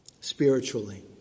spiritually